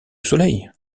soleil